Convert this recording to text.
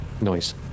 noise